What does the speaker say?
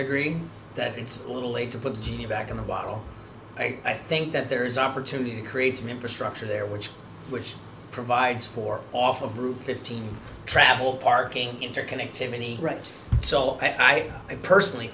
degree that it's a little late to put the genie back in the bottle i think that there is opportunity to create some infrastructure there which which provides for off of route fifteen travel parking interconnectivity right so i think i personally